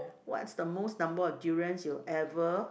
what's the most number of durians you ever